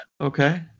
Okay